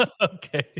Okay